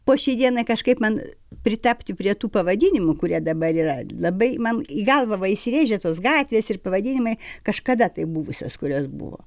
po šiai dienai kažkaip man pritapti prie tų pavadinimų kurie dabar yra labai man į galvą va įsirėžę tos gatvės ir pavadinimai kažkada tai buvusios kurios buvo